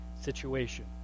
situation